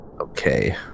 Okay